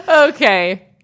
Okay